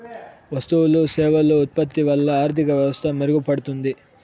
వస్తువులు సేవలు ఉత్పత్తి వల్ల ఆర్థిక వ్యవస్థ మెరుగుపడుతుంది